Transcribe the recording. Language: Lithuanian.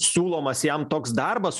siūlomas jam toks darbas